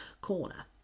corner